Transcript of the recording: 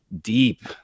deep